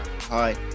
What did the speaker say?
Hi